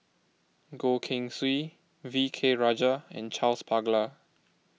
Goh Keng Swee V K Rajah and Charles Paglar